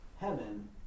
heaven